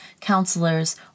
counselors